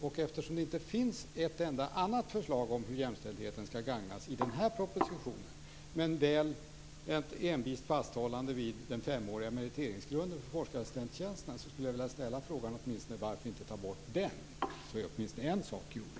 Och eftersom det inte finns ett enda annat förslag i den här propositionen om hur jämställdheten skall gagnas, men väl ett envist fasthållande vid den femåriga meriteringsgrunden för forskarassistenttjänsterna, skulle jag vilja ställa frågan: Varför åtminstone inte ta bort den, så är åtminstone en sak gjord?